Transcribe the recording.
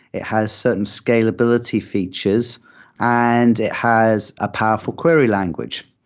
it has certain scalability features and it has a powerful query language.